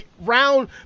round